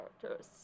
characters